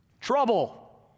trouble